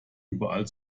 überall